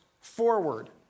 forward